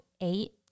eight